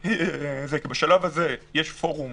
בשלב הזה יש פורום